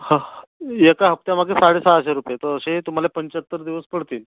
एका हप्त्यामध्ये साडेसहाशे रुपये तर असे तुम्हाला पंचाहत्तर दिवस पडतील